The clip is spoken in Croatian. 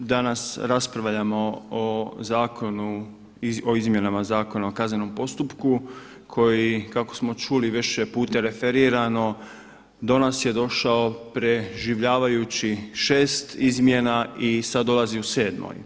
Danas raspravljamo o zakonu, o Izmjenama zakona o kaznenom postupku koji kako smo čuli više je puta referirano, do nas je došao preživljavajući 6 izmjena i sada dolazi u 7.-om.